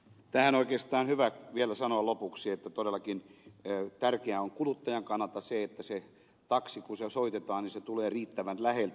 tähän on oikeastaan hyvä vielä sanoa lopuksi että todellakin tärkeää on kuluttajan kannalta että taksi kun se soitetaan tulee riittävän läheltä